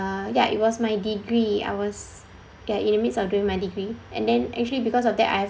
ya it was my degree I was ya in the midst of doing my degree and then actually because of that I